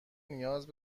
نیاز